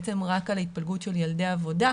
בעצם רק על ההתפלגות של ילדי עבודה,